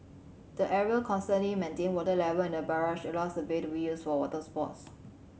the ever constantly maintained water level in the barrage allows the bay to be used for water sports